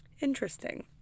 interesting